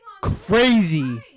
crazy